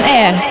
air